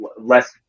less